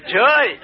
joy